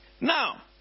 Now